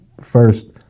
first